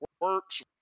works